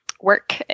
work